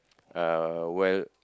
uh well